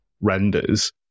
renders